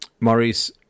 Maurice